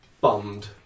bummed